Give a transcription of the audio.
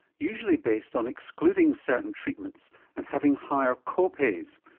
usually based on excluding certain treatments and having higher co-pays,